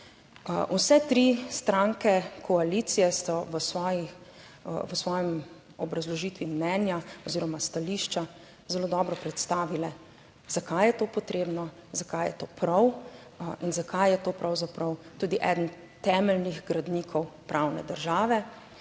Vse tri stranke koalicije so v svoji v svoji obrazložitvi mnenja oziroma stališča zelo dobro predstavile. Zakaj je to potrebno, zakaj je to prav in zakaj je to pravzaprav tudi eden temeljnih gradnikov pravne države,